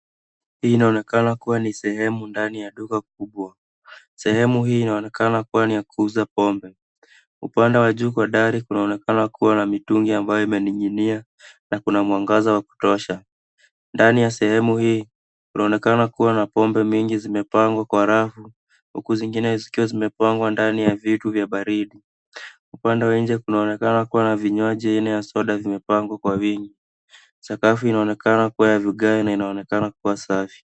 Hii inaonekana kuwa ni sehemu ndani ya duka kubwa. Sehemu hii inaonekana kuwa ni ya kuuza pombe. Upande wa juu kwa dari kunaonekana kuwa na mitungi ambayo imening'inia na kuna mwangaza wa kutosha. Ndani ya sehemu hii kunaonekana kuwa na pombe mingi zimepangwa kwa rafu huku zingine zikiwa zimepangwa ndani ya vitu vya baridi. Upande wa nje kunaonekana kuwa na vinywaji aina ya soda vimepangwa kwa wingi. Sakafu inaonekana kuwa ya vigae na inaonekana kuwa safi.